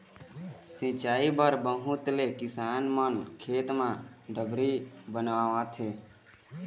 सिंचई बर बहुत ले किसान मन खेत म डबरी बनवाथे